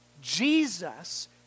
Jesus